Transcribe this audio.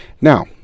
Now